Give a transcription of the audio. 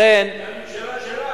זאת הממשלה שלך.